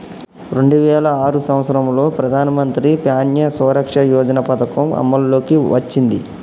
రెండు వేల ఆరు సంవత్సరంలో ప్రధానమంత్రి ప్యాన్య సురక్ష యోజన పథకం అమల్లోకి వచ్చింది